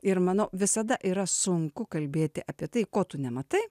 ir manau visada yra sunku kalbėti apie tai ko tu nematai